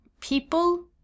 people